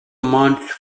months